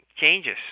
changes